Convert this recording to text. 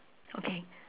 okay